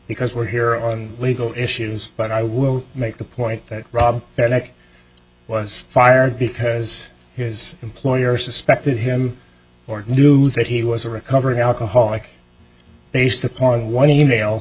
because we're here on legal issues but i will make the point that rob that i was fired because his employer suspected him or knew that he was a recovering alcoholic based upon one e mail